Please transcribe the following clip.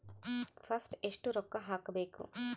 First ಎಷ್ಟು ರೊಕ್ಕ ಹಾಕಬೇಕು?